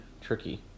tricky